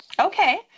Okay